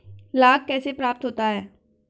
लाख कैसे प्राप्त होता है?